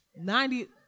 Ninety-